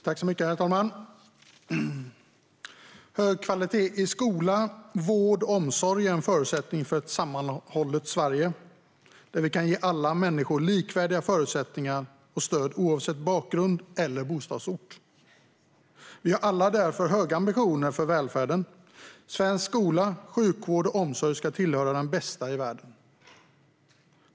Herr talman! Hög kvalitet i skolan, vården och omsorgen är en förutsättning för ett sammanhållet Sverige där vi kan ge alla människor likvärdiga förutsättningar och stöd oavsett bakgrund eller bostadsort. Vi har alla därför höga ambitioner för välfärden. Svensk skola, sjukvård och omsorg ska tillhöra de bästa i världen.